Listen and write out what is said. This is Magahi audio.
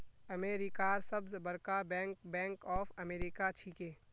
अमेरिकार सबस बरका बैंक बैंक ऑफ अमेरिका छिके